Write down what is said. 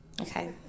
Okay